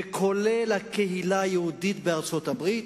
לרבות הקהילה היהודית בארצות-הברית,